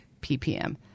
ppm